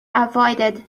avoided